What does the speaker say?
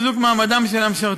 כחלק מחיזוק מעמדם של המשרתים,